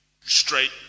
straight